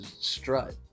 strut